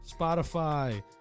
Spotify